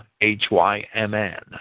H-Y-M-N